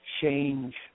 change